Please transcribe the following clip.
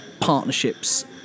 partnerships